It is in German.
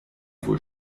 wohl